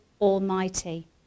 Almighty